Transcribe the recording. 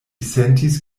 sentis